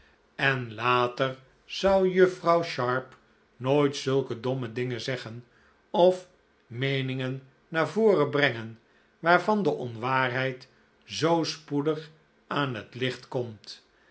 en later zou juffrouw sharp nooit zulke domme dingen zeggen of meeningen naar voren brengen waarvan de onwaarheid zoo spoedig aan het licht komt